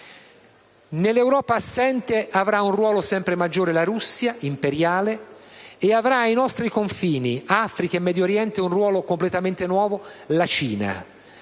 Nell'Europa assente avrà un ruolo sempre maggiore la Russia imperiale ed avrà ai nostri confini, in Africa e Medio Oriente, un ruolo completamente nuovo la Cina.